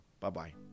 Bye-bye